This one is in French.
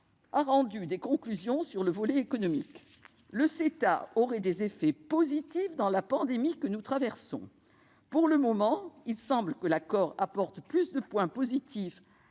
a rendu des conclusions sur le volet économique du CETA. Celui-ci aurait des effets positifs dans la pandémie que nous traversons. Ainsi, pour le moment, il semble que l'accord apporte plus de points positifs